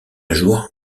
jour